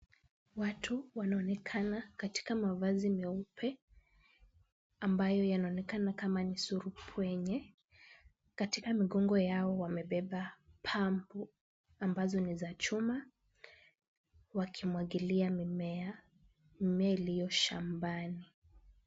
Watu wanaonekana katika mavazi meupe ambayo yanaonekana kama ni surupwenye. Katika migongo yao wamebeba pampu ambazo ni za chuma wakimwagilia mimea, mimea iliyo shambani.